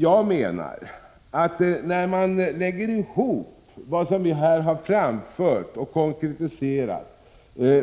Jag menar att när man lägger ihop vad som här har framförts och konkretiserats,